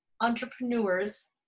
entrepreneurs